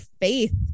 faith